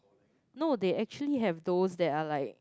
no they actually have those that are like